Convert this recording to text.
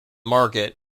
market